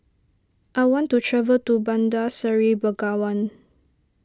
I want to travel to Bandar Seri Begawan